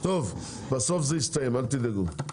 בסוף זה יסתיים, אל תדאגו.